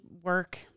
work